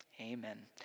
amen